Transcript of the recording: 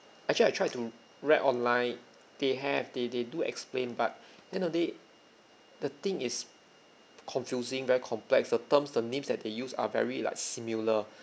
actually I tried to read online they have they they do explain but end of day the thing is confusing very complex the terms the names that they use are very like similar